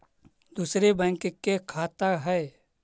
दुसरे बैंक के खाता हैं?